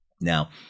Now